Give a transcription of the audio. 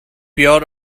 pure